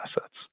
assets